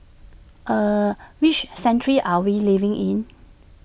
er which century are we living in